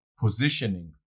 positioning